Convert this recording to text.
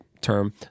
term